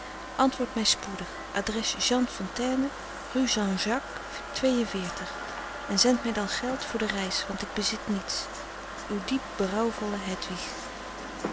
antwoord mij spoedig adres ontaine uan jacques twee enveertig en zend mij dan geld voor de reis want ik bezit niets uw diep berouwvolle